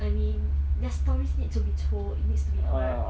I mean their stories need to be told it needs to be heard